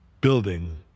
building